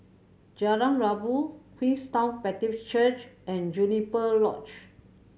Jalan Rabu Queenstown Baptist Church and Juniper Lodge